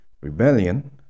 rebellion